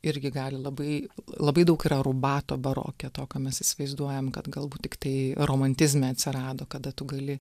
irgi gali labai labai daug yra rubato baroke to ką mes įsivaizduojam kad galbūt tiktai romantizme atsirado kada tu gali